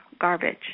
garbage